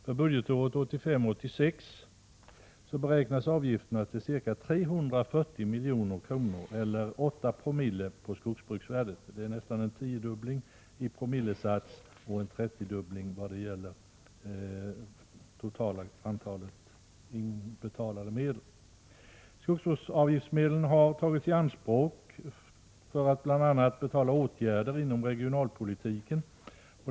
För budgetåret 1985/86 beräknas avgifterna till ca 340 milj.kr. eller 8 Ko på skogsbruksvärdet. Det är en nästan tiofaldig ökning av promillesatsen och en trettiofaldig ökning vad gäller totalt inbetalade medel. Skogsvårdsavgiftsmedlen har tagits i anspråk för bl.a. åtgärder inom regionalpolitiken.